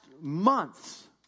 months